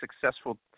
successful